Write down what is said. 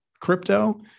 crypto